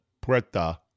Puerta